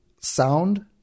sound